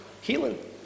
healing